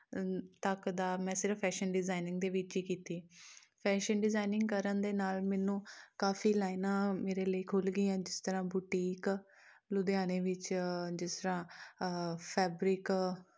ਤੱਕ ਦਾ ਮੈਂ ਸਿਰਫ ਫੈਸ਼ਨ ਡਿਜ਼ਾਇਨਿੰਗ ਦੇ ਵਿੱਚ ਹੀ ਕੀਤੀ ਫੈਸ਼ਨ ਡਿਜ਼ਾਇਨਿੰਗ ਕਰਨ ਦੇ ਨਾਲ ਮੈਨੂੰ ਕਾਫੀ ਲਾਈਨਾਂ ਮੇਰੇ ਲਈ ਖੁੱਲ੍ਹ ਗਈਆਂ ਜਿਸ ਤਰ੍ਹਾਂ ਬੁਟੀਕ ਲੁਧਿਆਣੇ ਵਿੱਚ ਜਿਸ ਤਰ੍ਹਾਂ ਫੈਬਰਿਕ